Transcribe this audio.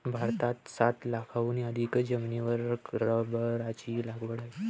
भारतात सात लाखांहून अधिक जमिनीवर रबराची लागवड आहे